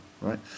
right